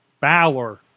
Bower